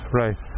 right